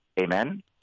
amen